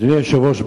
אדוני היושב-ראש,